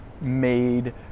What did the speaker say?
made